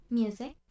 music